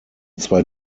zwei